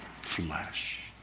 flesh